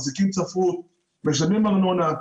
משלמים ארנונה.